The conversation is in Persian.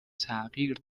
تغییر